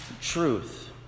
truth